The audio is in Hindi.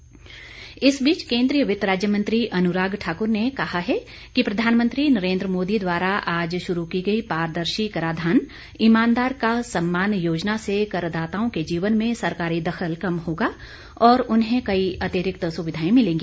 अनुराग ठाकुर इस बीच केन्द्रीय वित्त राज्य मंत्री अनुराग ठाकुर ने कहा है कि प्रधानमंत्री नरेन्द्र मोदी द्वारा आज शुरू की गई पारदर्शी कराधान ईमानदार का सम्मान योजना से करदाताओं के जीवन में सरकारी दखल कम होगा और उन्हें कई अतिरिक्त सुविधाएं मिलेंगी